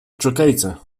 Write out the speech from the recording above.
dżokejce